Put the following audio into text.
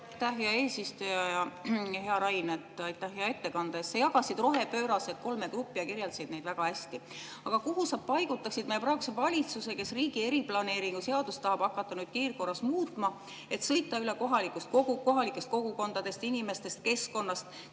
hea eesistuja! Hea Rain, aitäh hea ettekande eest! Sa jagasid rohepöörasused kolme gruppi ja kirjeldasid neid väga hästi. Aga kuhu sa paigutaksid meie praeguse valitsuse, kes riigi eriplaneeringu seadust tahab hakata nüüd kiirkorras muutma, et sõita üle kohalikest kogukondadest, inimestest, keskkonnast